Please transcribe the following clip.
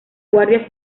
guardia